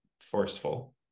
forceful